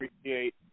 appreciate